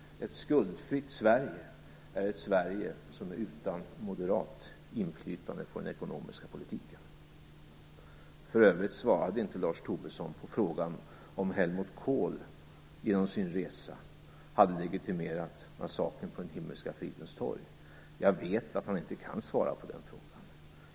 Ett skuldfritt Sverige är ett Sverige som är utan moderat inflytande på den ekonomiska politiken. För övrigt svarade inte Lars Tobisson på frågan om Helmut Kohl genom sin resa hade legitimerat massakern på den Himmelska fridens torg. Jag vet att Lars Tobisson inte kan svara på den frågan.